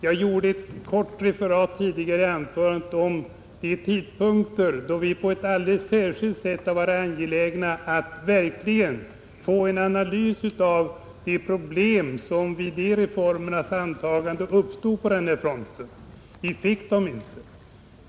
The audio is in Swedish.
Jag gjorde i mitt tidigare anförande ett kort referat av de tidpunkter då vi på ett alldeles särskilt sätt har varit angelägna att verkligen få en analys av de problem som vid antagandet av olika reformer uppstått på den här punkten. Vi fick dem inte.